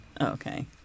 Okay